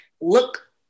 Look